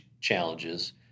challenges